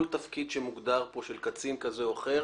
תפקיד שמוגדר כאן של קצין כזה או אחר,